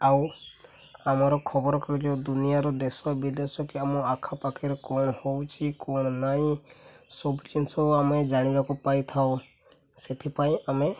ଆଉ ଆମର ଖବର କହିଲେ ଦୁନିଆର ଦେଶ ବିଦେଶ କି ଆମ ଆଖପାଖରେ କ'ଣ ହେଉଛି କ'ଣ ନାଇଁ ସବୁ ଜିନିଷ ଆମେ ଜାଣିବାକୁ ପାଇଥାଉ ସେଥିପାଇଁ ଆମେ